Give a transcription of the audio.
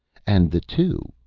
and the two,